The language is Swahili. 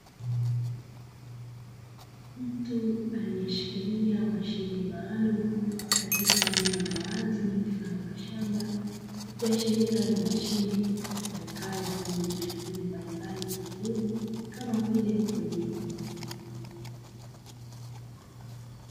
Mtu aliyeshikilia mashine maalumu, katika eneo la wazi mfano wa shamba, ikiashiria ni mashine itumikayo kwa ajili ya shughuli mbalimbali za kilimo kama vile kulima.